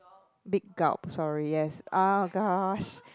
big gulp sorry yes ah gosh